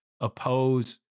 oppose